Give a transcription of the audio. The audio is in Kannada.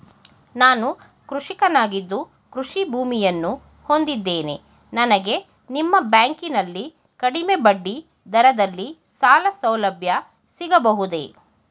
ನಾನು ಕೃಷಿಕನಾಗಿದ್ದು ಕೃಷಿ ಭೂಮಿಯನ್ನು ಹೊಂದಿದ್ದೇನೆ ನನಗೆ ನಿಮ್ಮ ಬ್ಯಾಂಕಿನಲ್ಲಿ ಕಡಿಮೆ ಬಡ್ಡಿ ದರದಲ್ಲಿ ಸಾಲಸೌಲಭ್ಯ ಸಿಗಬಹುದೇ?